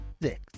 six